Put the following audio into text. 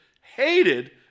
hated